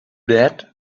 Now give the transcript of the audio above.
that